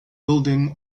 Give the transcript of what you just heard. building